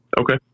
Okay